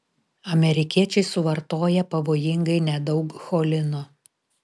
amerikiečiai suvartoja pavojingai nedaug cholino